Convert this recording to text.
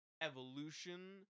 evolution